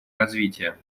развития